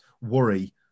worry